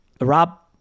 Rob